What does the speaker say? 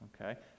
Okay